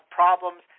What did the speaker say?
problems